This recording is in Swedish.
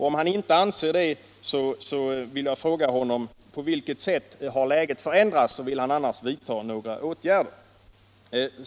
Om han inte anser det vill jag fråga: På vilket sätt har läget förändrats? Och vill justitieministern vidta några åtgärder?